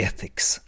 Ethics